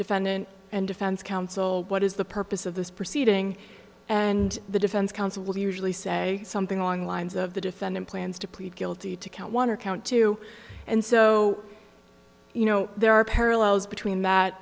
defendant and defense counsel what is the purpose of this proceeding and the defense counsel will usually say something along the lines of the defendant plans to plead guilty to count one or count two and so you know there are parallels between that